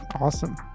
awesome